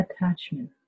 attachment